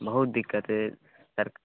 बहुत दिक्कत हइ सर्क